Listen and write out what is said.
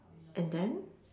and then